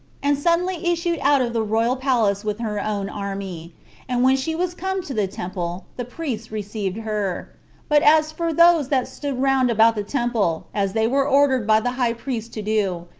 and suddenly issued out of the royal palace with her own army and when she was come to the temple, the priests received her but as for those that stood round about the temple, as they were ordered by the high priest to do,